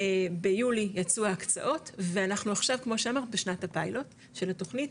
ביולי יצאו ההקצאות ואנחנו עכשיו כמו שאמרת בשנת הפיילוט של התוכנית,